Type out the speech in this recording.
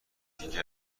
دیگه